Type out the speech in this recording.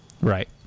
Right